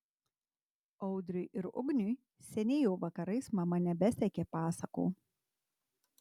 audriui ir ugniui seniai jau vakarais mama nebesekė pasakų